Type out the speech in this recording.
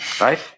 right